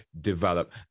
develop